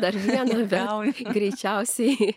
dar ne veltui greičiausiai